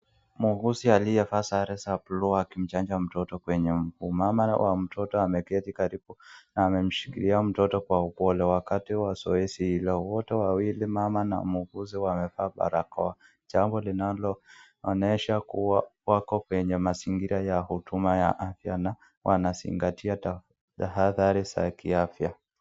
Muuguzi aliyevaa sare za buluu akimchanja mtoto kwenye mguu, mama wa mtoto ameketi karibu na amemshikilia mtoto kwa upole wakati zoezi hilo, wote wawili mama na muuguzi wamevaa barakoa. Jambo linaloonyesha kuwa wako kwenye mazingira ya huduma ya afya na wanazingatia tahadhari za kiafya.